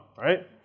right